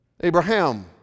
Abraham